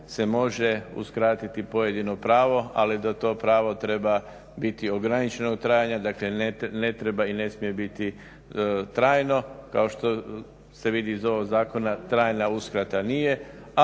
se može uskratiti pojedino pravo ali da to pravo treba biti ograničenog trajanja, dakle ne treba i ne smije biti trajno, kao što se vidi iz ovog zakona, trajna uskrate nije